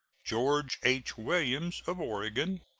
george h. williams, of oregon.